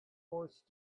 forced